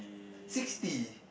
sixty